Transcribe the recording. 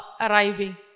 arriving